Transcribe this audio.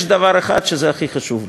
יש דבר אחד שהכי חשוב לי.